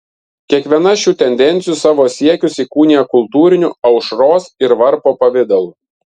kiekviena šių tendencijų savo siekius įkūnija kultūriniu aušros ir varpo pavidalu